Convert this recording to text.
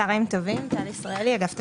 צוהריים טובים, טל ישראלי, אגף תקציבים.